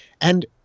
And-